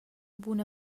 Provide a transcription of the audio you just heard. buna